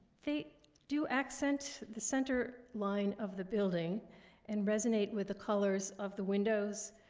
they do accent the center line of the building and resonate with the colors of the windows,